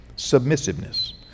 submissiveness